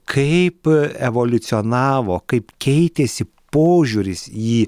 kaip evoliucionavo kaip keitėsi požiūris į